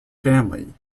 family